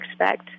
expect